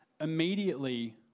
immediately